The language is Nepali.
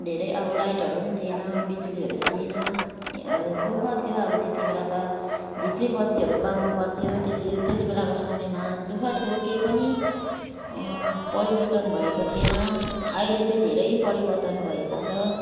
धेरै अब लाइटहरू पनि थिएन बिजुलीहरू थिएन दुःख थियो अब त्यति बेला त धिब्री बत्तीहरू बाल्नु पर्थ्यो त्यति हो त्यति बेलाको समयमा दुःख थियो केही पनि परिवर्तन भएको थिएन अहिले चाहिँ धेरै परिवर्तन भएको छ